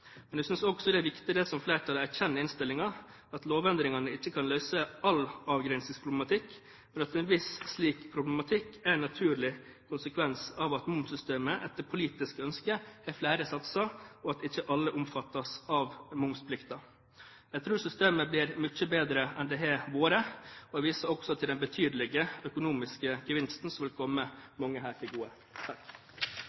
Jeg synes også det er viktig det som flertallet erkjenner i innstillingen, at lovendringene ikke kan løse all avgrensningsproblematikk, men at en viss del av en slik problematikk er en naturlig konsekvens av at momssystemet etter politiske ønsker har flere satser, og at ikke alle omfattes av momsplikten. Jeg tror systemet blir mye bedre enn det har vært, og jeg viser også til den betydelige økonomiske gevinsten som vil komme